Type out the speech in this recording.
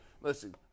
listen